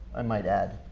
i might add.